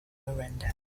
miranda